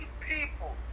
people